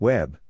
Web